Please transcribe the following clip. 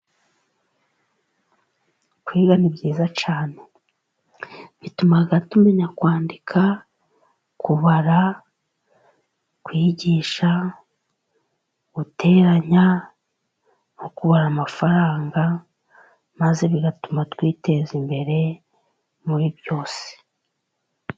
Kwiga ni byiza cyane bituma tumenya kwandika, kubara, kwigisha, guteranya mu kubara amafaranga, maze bigatuma twiteza imbere muri byose.